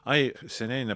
ai seniai ne